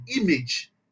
image